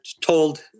told